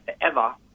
forever